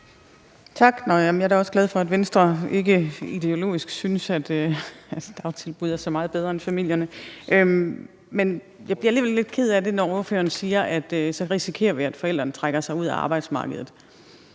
Tak. Jeg er da også glad for, at Venstre ikke ideologisk set synes, at dagtilbud er så meget bedre end familien. Men jeg bliver alligevel lidt ked af det, når ordføreren siger, at vi så risikerer, at forældrene trækker sig ud af arbejdsmarkedet.